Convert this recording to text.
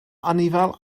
anifail